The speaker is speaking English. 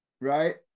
Right